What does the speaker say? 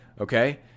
okay